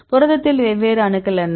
புரதத்தில் வெவ்வேறு அணுக்கள் என்ன